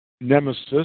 nemesis